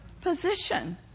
position